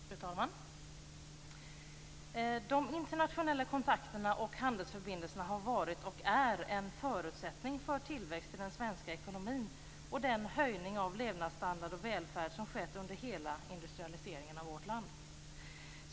Fru talman! De internationella kontakterna och handelsförbindelserna har varit och är en förutsättning för tillväxt i den svenska ekonomin och den höjning av levnadsstandard och välfärd som skett under hela industrialiseringen av vårt land.